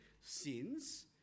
sins